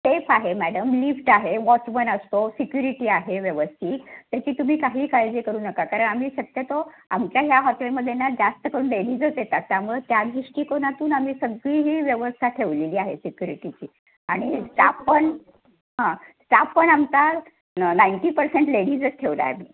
safe आहे madam lift आहे watchman असतो सिक्युरिटी आहे व्यवस्थित त्याची तुम्ही काहीही काळजी करू नका कारण आम्ही शक्यतो आमच्या ह्या हॉटेलमध्ये ना जास्त करून लेडीजच येतात त्यामुळे त्या दृष्टिकोनातून आम्ही सगळी ही व्यवस्था ठेवलेली आहे सिक्युरिटीची आणि स्टाफ पण हां स्टाफ पण आमचा नाईंटी पर्सेंट लेडीजच ठेवला आहे आम्ही